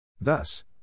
Thus